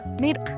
made